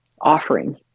offering